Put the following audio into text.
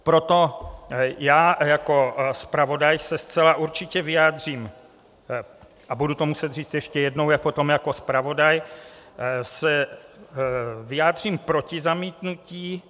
Proto se já jako zpravodaj zcela určitě vyjádřím, a budu to muset říct ještě jednou potom jako zpravodaj, vyjádřím proti zamítnutí.